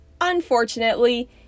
Unfortunately